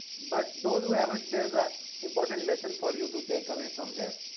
but, those who haven't there is a important lesson for you to take away from here.